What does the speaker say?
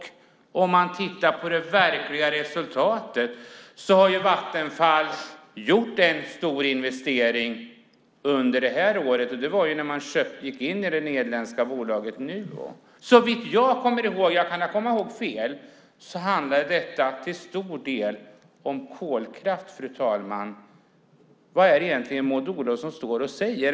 Om man tittar på det verkliga resultatet ser man att Vattenfall har gjort en stor investering under det här året, och det var när man gick in i det nederländska bolaget Nuon. Såvitt jag kommer ihåg - jag kan komma ihåg fel - handlade detta till stor del om kolkraft, fru talman. Vad är det egentligen Maud Olofsson står och säger?